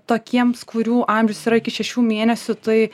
tokiems kurių amžius yra iki šešių mėnesių tai